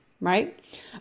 Right